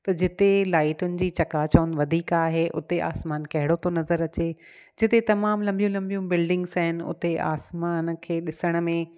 त जिते लाइटुनि जी चकाचोंद वधीक आहे उते आसमान कहिड़ो थो नज़र अचे जिते तमामु लंबियूं लंबियूं बिलिडींग्स आहिनि उते आसमान खे ॾिसण में